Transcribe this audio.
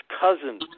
cousin